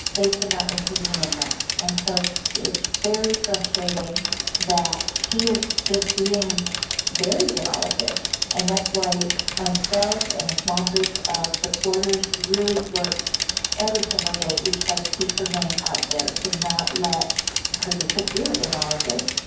they cannot intervene in that. and so it's very frustrating that she is just being buried in all of this, and that's why myself and a small group of supporters, we really work every single day. we try to keep her name out there, to not let her disappear in all of this.